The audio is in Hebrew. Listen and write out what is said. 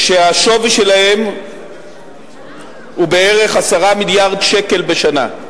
שהשווי שלהן הוא בערך 10 מיליארד שקלים בשנה,